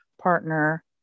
partner